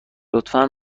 لطفا